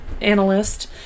analyst